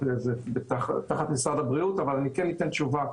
להיות תחת משרד הבריאות אבל אני כן אתן תשובה.